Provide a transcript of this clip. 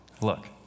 Look